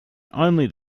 only